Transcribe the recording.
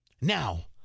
Now